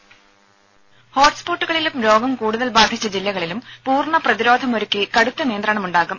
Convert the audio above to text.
voice രുമ ഹോട്ട്സ്പോട്ടുകളിലും രോഗം കൂടുതൽ ബാധിച്ച ജില്ലകളിലും പൂർണ്ണ പ്രതിരോധമൊരുക്കി കടുത്ത നിയന്ത്രണമുണ്ടാകും